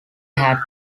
had